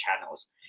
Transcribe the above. channels